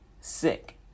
sick